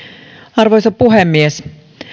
arvoisa puhemies